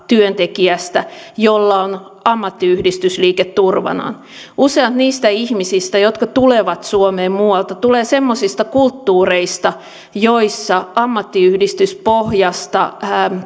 työntekijästä jolla on ammattiyhdistysliike turvanaan useat niistä ihmisistä jotka tulevat suomeen muualta tulevat semmoisista kulttuureista joissa ammattiyhdistyspohjaista